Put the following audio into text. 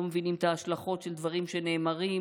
לא מבינים את ההשלכות של דברים שנאמרים,